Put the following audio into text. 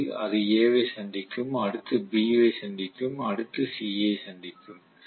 முதலில் அது A வை சந்திக்கும் அடுத்தது B ஐ சந்திக்கும் அடுத்தது C ஐ சந்திக்கும்